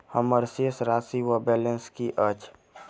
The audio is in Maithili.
हम्मर शेष राशि वा बैलेंस की अछि?